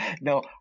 No